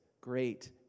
great